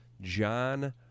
John